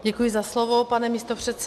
Děkuji za slovo, pane místopředsedo.